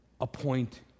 Appoint